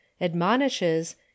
admonishes